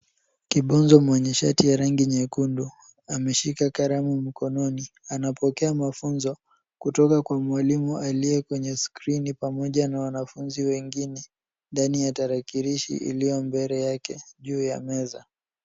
Kibonzo mwenye shati ya rangi nyekundu ameshika kalamu mkononi . Anapokea mafunzo kutoka kwa mwalimu aliye kwenye skrini pamoja na wanafunzi wengine ndani ya tarakilishi iliyo mbele yake juu ya meza.